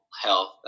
health